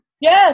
Yes